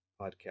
podcast